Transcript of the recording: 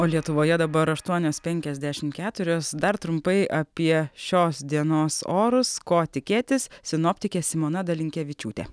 o lietuvoje dabar aštuonios penkiasdešimt keturios dar trumpai apie šios dienos orus ko tikėtis sinoptikė simona dalinkevičiūtė